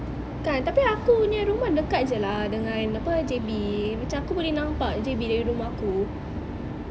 kan tapi aku nya rumah dekat je lah dengan apa J_B macam aku boleh nampak J_B daripada rumah aku